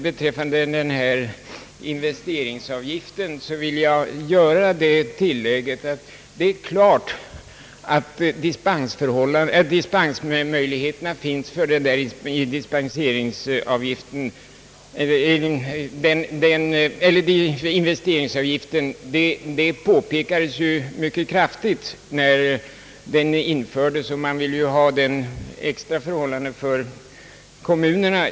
Beträffande investeringsavgiften vill jag göra det tillägget, att det givetvis finns dispensmöjligheter. Det påpekades ju mycket kraftigt när den infördes. Man ville ha den möjligheten särskilt för kommunerna.